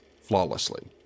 flawlessly